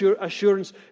assurance